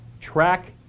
Track